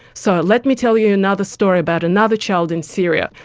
so let me tell you another story about another child in syria.